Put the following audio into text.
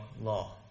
law